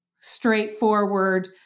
straightforward